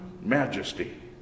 majesty